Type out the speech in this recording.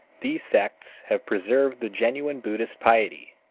these sects have preserved the genuine buddhist piety,